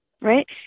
right